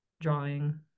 drawing